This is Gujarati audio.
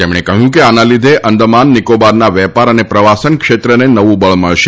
તેમણે કહ્યું કે આના લીધે આંદામાન નિકોબારના વેપાર અને પ્રવાસન ક્ષેત્રને નવું બળ મળશે